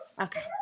okay